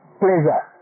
pleasure